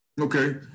Okay